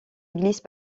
église